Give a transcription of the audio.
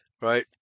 right